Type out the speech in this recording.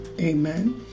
Amen